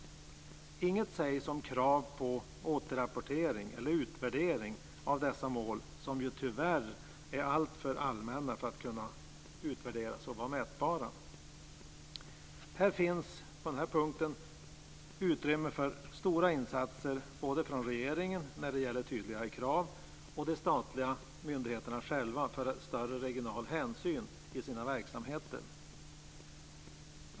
Inget sägs om krav på återrapportering eller utvärdering när det gäller dessa mål, som tyvärr är alltför allmänna för att kunna utvärderas och vara mätbara. På den här punkten finns det utrymme för stora insatser både från regeringen när det gäller tydligare krav och från de statliga myndigheterna själva när det gäller en större regional hänsyn i deras verksamheter.